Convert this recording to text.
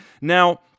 Now